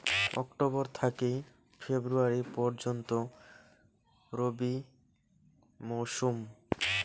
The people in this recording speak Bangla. অক্টোবর থাকি ফেব্রুয়ারি পর্যন্ত রবি মৌসুম